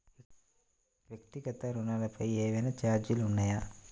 వ్యక్తిగత ఋణాలపై ఏవైనా ఛార్జీలు ఉన్నాయా?